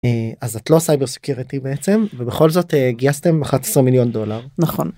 אז את לא סייבר סקיוריטי בעצם ובכל זאת גייסתם 11 מיליון דולר. - נכון.